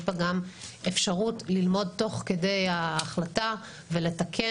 בה גם אפשרות ללמוד תוך כדי ההחלטה ולתקן,